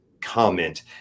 comment